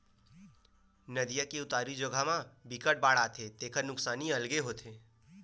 नदिया के उतारू जघा म बिकट के बाड़ आथे तेखर नुकसानी अलगे होथे